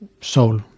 soul